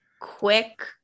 quick